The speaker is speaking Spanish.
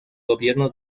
gobierno